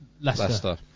Leicester